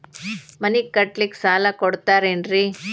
ಮನಿ ಕಟ್ಲಿಕ್ಕ ಸಾಲ ಕೊಡ್ತಾರೇನ್ರಿ?